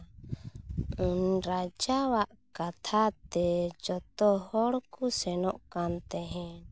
ᱩᱱᱤ ᱨᱟᱡᱟᱣᱟᱜ ᱠᱟᱛᱷᱟ ᱛᱮ ᱡᱚᱛᱚ ᱦᱚᱲ ᱠᱚ ᱥᱮᱱᱚᱜ ᱠᱟᱱ ᱛᱟᱦᱮᱸᱫ